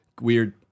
weird